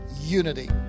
unity